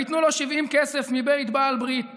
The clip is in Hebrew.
ויתנו לו שבעים כסף מבית בעל ברית